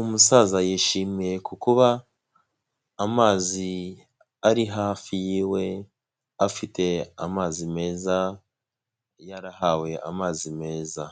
Umusaza yishimiye ku kuba amazi ari hafi yiwe, afite amazi meza yarahawe amazi meza,